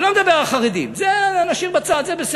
אני לא מדבר על חרדים, את זה נשאיר בצד, זה בסדר.